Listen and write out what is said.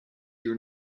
your